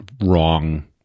wrong